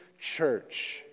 church